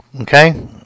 okay